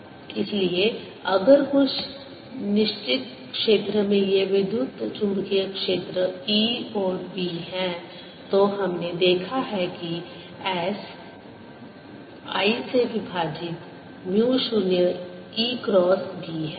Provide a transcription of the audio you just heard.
Lrp इसलिए अगर कुछ निश्चित क्षेत्र में ये विद्युत चुम्बकीय क्षेत्र E और B हैं तो हमने देखा है कि S 1 से विभाजित म्यू 0 E क्रॉस B है